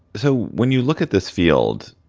so when you look at this field,